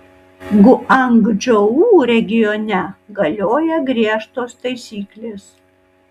guangdžou regione galioja griežtos taisyklės